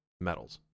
metals